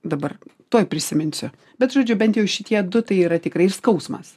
dabar tuoj prisiminsiu bet žodžiu bent jau šitie du tai yra tikrai skausmas